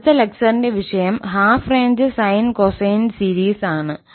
അടുത്ത ലെക്ചറിന്റെ വിഷയം half range sine cosine series ആണ്